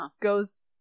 goes